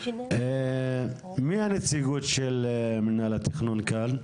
מי הנציגות של מנהל התכנון כאן?